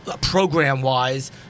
Program-wise